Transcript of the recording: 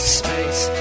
space